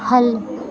ख'ल्ल